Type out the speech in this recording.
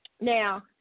Now